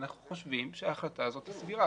אנחנו חושבים שההחלטה הזאת סבירה.